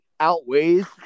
outweighs